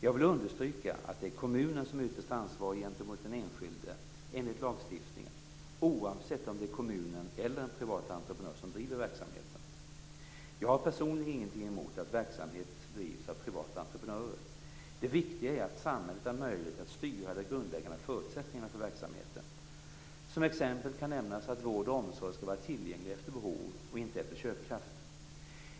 Jag vill understryka att det är kommunen som är ytterst ansvarig gentemot den enskilde enligt lagstiftningen oavsett om det är kommunen eller en privat entreprenör som driver verksamheten. Jag har personligen ingenting emot att verksamhet drivs av privata entreprenörer. Det viktiga är att samhället har möjlighet att styra de grundläggande förutsättningarna för verksamheten. Som exempel kan nämnas att vård och omsorg skall vara tillgänglig efter behov och inte efter köpkraft.